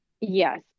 Yes